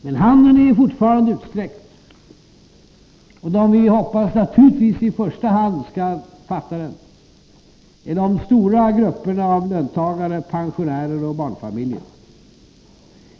Men handen är fortfarande utsträckt! Och de vi naturligtvis i första hand hoppas skall fatta den är de stora grupperna av löntagare, pensionärer och barnfamiljer.